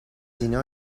اینا